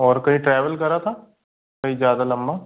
और कहीं ट्रेवेल करा था कहीं ज्यादा लंबा